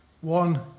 One